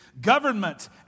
government